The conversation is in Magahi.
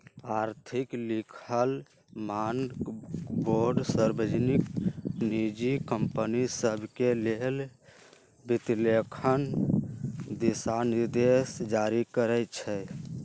आर्थिक लिखल मानकबोर्ड सार्वजनिक, निजी कंपनि सभके लेल वित्तलेखांकन दिशानिर्देश जारी करइ छै